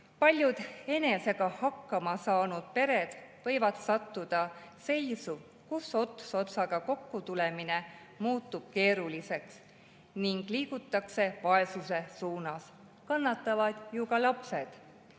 Paljud enesega hakkama saanud pered võivad sattuda seisu, kus ots otsaga kokkutulemine muutub keeruliseks ning liigutakse vaesuse suunas. Kannatavad ju ka lapsed,